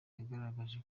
yagaragaje